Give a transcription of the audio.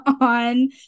on